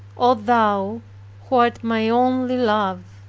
o thou who art my only love!